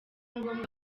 ngombwa